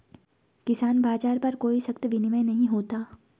किसान बाज़ार पर कोई सख्त विनियम नहीं होता